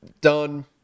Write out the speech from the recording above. done